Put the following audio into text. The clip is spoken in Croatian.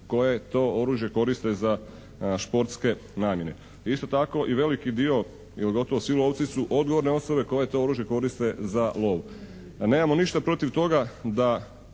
koje to oružje koriste za športske namjene. Isto tako i veliki dio ili gotovo svi lovci su odgovorne osobe koje to oružje koriste za lov. Nemamo ništa protiv toga da